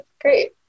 great